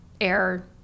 air